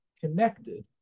connected